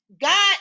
God